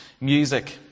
music